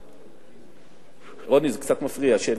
רוני, זה קצת מפריע.